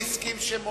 יחד עם הממשלה,